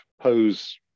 pose